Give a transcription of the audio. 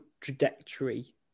trajectory